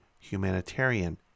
humanitarian